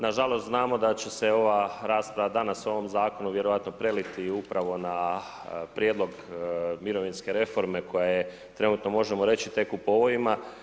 Nažalost, znamo da će se ova rasprava danas u ovom zakonu, vjerojatno preliti upravo na prijedlog mirovinske reforme, koja je trenutno možemo reći tek u pojmovima.